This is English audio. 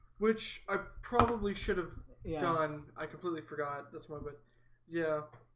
which i probably should have done. i completely forgot. that's one but yeah,